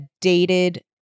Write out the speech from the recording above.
dated